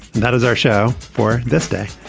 that is our show for this day.